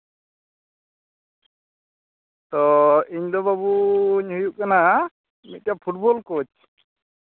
ᱛᱚ ᱤᱧ ᱫᱚ ᱵᱟᱹᱵᱩᱧ ᱦᱩᱭᱩᱜ ᱠᱟᱱᱟ ᱢᱤᱫᱴᱮᱱ ᱯᱷᱩᱴᱵᱚᱞ ᱠᱳᱪ